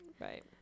right